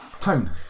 Tone